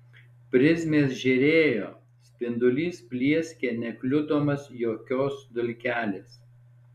prizmės žėrėjo spindulys plieskė nekliudomas jokios dulkelės